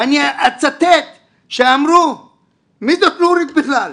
ואני אצטט, שאמרו מי זאת נורית בכלל?